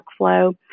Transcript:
workflow